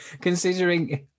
Considering